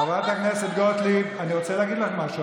מה, חברת הכנסת גוטליב, אני רוצה להגיד לך משהו.